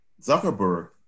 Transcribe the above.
Zuckerberg